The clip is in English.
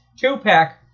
Two-pack